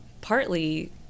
partly